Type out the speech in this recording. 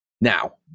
Now